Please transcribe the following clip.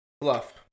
bluff